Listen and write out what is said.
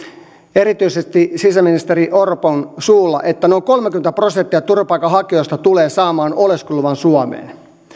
erityisesti sisäministeri orpon suulla että noin kolmekymmentä prosenttia turvapaikanhakijoista tulee saamaan oleskeluluvan suomeen